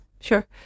Sure